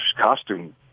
costume